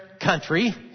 country